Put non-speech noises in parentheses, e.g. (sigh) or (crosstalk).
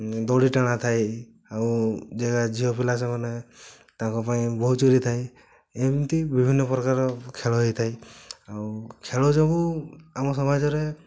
ଦୌଡ଼ି ଟଣା ଥାଏ ଆଉ (unintelligible) ଝିଅ ପିଲା ସେମାନେ ତାଙ୍କ ପାଇଁ ବୋହୂ ଚୋରି ଥାଏ ଏମିତି ବିଭିନ୍ନ ପ୍ରକାର ଖେଳ ହେଇ ଥାଇ ଆଉ ଖେଳ ଯୋଗୁ ଆମ ସମାଜରେ